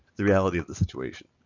the reality of the situation.